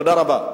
תודה רבה.